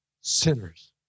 sinners